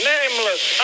Nameless